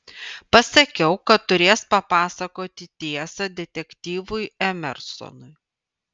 pasakiau kad turės papasakoti tiesą detektyvui emersonui